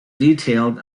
detailed